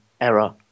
error